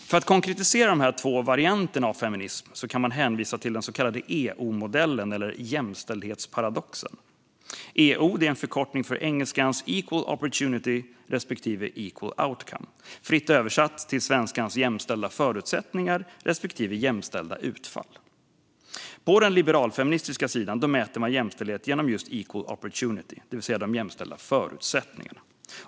För att konkretisera dessa två varianter av feminism kan man hänvisa till den så kallade EO-modellen, eller jämställdhetsparadoxen. EO är en förkortning av engelskans equal opportunity respektive equal outcome. Fritt översatt till svenska: jämställda förutsättningar respektive jämställda utfall. På den liberalfeministiska sidan mäter man jämställdhet genom just equal opportunity, det vill säga jämställda förutsättningar.